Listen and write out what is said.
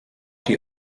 die